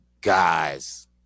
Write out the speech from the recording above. guys